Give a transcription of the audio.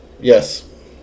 yes